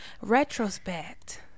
Retrospect